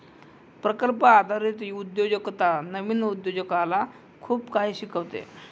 प्रकल्प आधारित उद्योजकता नवीन उद्योजकाला खूप काही शिकवते